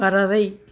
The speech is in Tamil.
பறவை